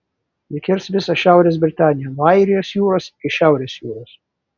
ji kirs visą šiaurės britaniją nuo airijos jūros iki šiaurės jūros